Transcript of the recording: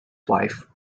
wife